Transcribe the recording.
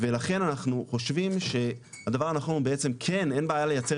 אנחנו חושבים שהדבר הנכון בעצם כן אין בעיה לייצר